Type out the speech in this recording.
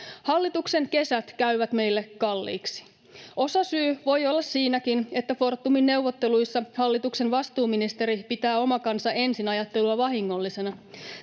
Hallituksen kesät käyvät meille kalliiksi. Osasyy voi olla siinäkin, että Fortumin neuvotteluissa hallituksen vastuuministeri pitää ”oma kansa ensin” -ajattelua vahingollisena,